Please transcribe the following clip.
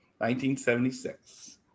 1976